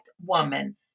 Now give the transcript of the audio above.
woman